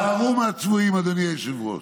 תיזהרו מהצבועים, אדוני היושב-ראש.